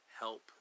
help